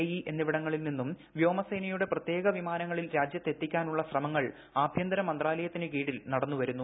ഇ് ് എ് എ്ന്നിവിടങ്ങളിൽ നിന്നും വ്യോമസേനയുടെ പ്പ്രത്യേക് വിമാനങ്ങളിൽ രാജ്യത്തെത്തിക്കാനുള്ള ശ്രമ്ങ്ങൾ ആഭ്യന്തര മന്ത്രാലയത്തിന് കീഴിൽ നടന്നുവരുന്നു